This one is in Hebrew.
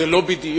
זה לא בדיוק,